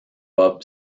bob